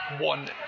one